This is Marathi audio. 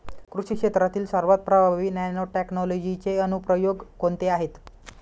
कृषी क्षेत्रातील सर्वात प्रभावी नॅनोटेक्नॉलॉजीचे अनुप्रयोग कोणते आहेत?